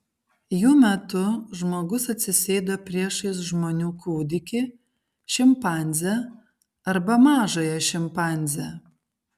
jų metu žmogus atsisėdo priešais žmonių kūdikį šimpanzę arba mažąją šimpanzę